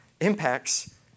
impacts